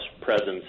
presence